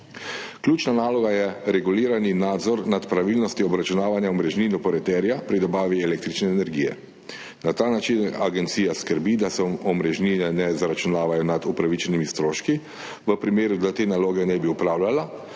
Ključna naloga je regulirani nadzor nad pravilnostjo obračunavanja omrežnin operaterja pri dobavi električne energije. Na ta način agencija skrbi, da se omrežnine ne zaračunavajo nad upravičenimi stroški, če te naloge ne bi opravljala,